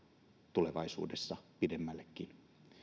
tulevaisuudessa pidemmällekin